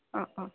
অঁ অঁ